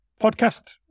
podcast